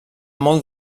molt